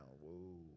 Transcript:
whoa